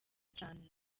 cyane